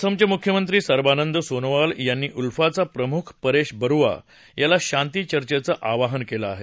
असमचे मुख्यमंत्री सर्वानंद सोनोवाल यांनी उल्फाचा प्रमुख परेश बरुआ याला शांती चर्चेचं आवाहन केलं आहे